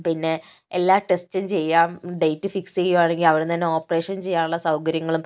പിന്നെ എല്ലാ ടെസ്റ്റും ചെയ്യാം ഡേറ്റ് ഫിക്സ് ചെയ്യുകയാണെങ്കിൽ അവിടുന്ന് തന്നെ ഓപ്പറേഷൻ ചെയ്യുവാനുള്ള സൗകര്യങ്ങളും